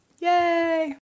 Yay